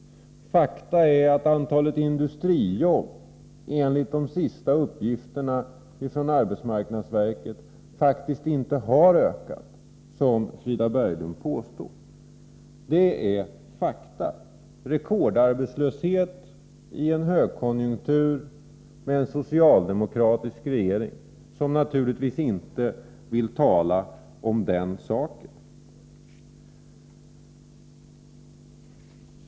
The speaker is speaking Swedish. Faktum är att antalet industrijobb enligt de senaste uppgifterna från arbetsmarknadsverket inte har ökat, som Frida Berglund påstår. Vi har rekordarbetslöshet i en högkonjunktur, med en socialdemokratisk regering som naturligtvis inte vill tala om den saken.